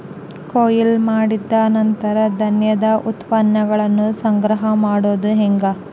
ಕೊಯ್ಲು ಮಾಡಿದ ನಂತರ ಧಾನ್ಯದ ಉತ್ಪನ್ನಗಳನ್ನ ಸಂಗ್ರಹ ಮಾಡೋದು ಹೆಂಗ?